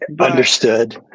Understood